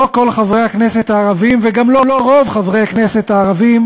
לא כל חברי הכנסת הערבים וגם לא רוב חברי הכנסת הערבים